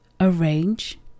arrange